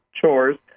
chores